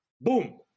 boom